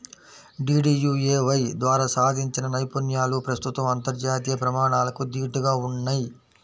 DDUAY ద్వారా సాధించిన నైపుణ్యాలు ప్రస్తుతం అంతర్జాతీయ ప్రమాణాలకు దీటుగా ఉన్నయ్